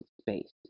space